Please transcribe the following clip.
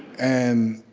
and